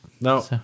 No